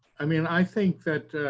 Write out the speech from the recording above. i mean, i think that